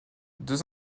deux